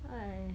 !aiya!